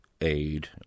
aid